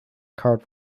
card